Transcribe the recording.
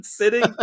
Sitting